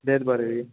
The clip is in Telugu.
లేదు భార్గవి